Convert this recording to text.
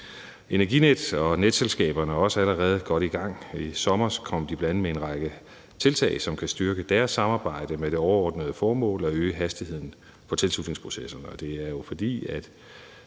Energinet og netselskaberne er også allerede godt i gang. I sommers kom de bl.a. med en række tiltag, som kan styrke deres samarbejde med det overordnede formål om at øge hastigheden på tilslutningsprocesserne.